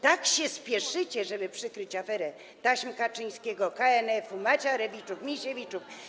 Tak się spieszycie, żeby przykryć aferę taśm Kaczyńskiego, KNF-u, Macierewiczów, Misiewiczów.